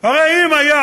הרי אם היה